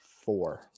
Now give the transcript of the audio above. four